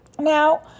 Now